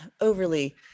overly